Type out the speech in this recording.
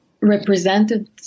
represented